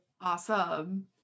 Awesome